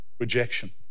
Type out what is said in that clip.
Rejection